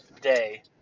day